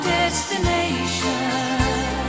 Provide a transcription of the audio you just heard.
destination